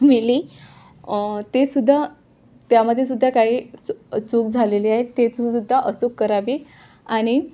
milli तेसुद्धा त्यामध्येसुद्धा काहीच च चूक झालेली आहे ते तरसुद्धा अचूक करावी आणि